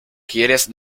quieres